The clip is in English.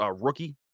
rookie